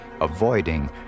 avoiding